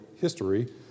history